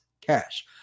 cash